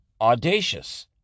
Audacious